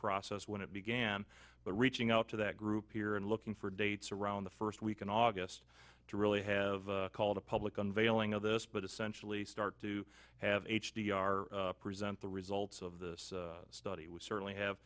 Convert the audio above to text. process when it began reaching out to that group here and looking for dates around the first week in august to really have called a public unveiling of this but essentially start to have h d r present the results of this study we certainly have